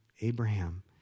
Abraham